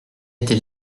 était